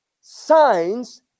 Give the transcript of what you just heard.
signs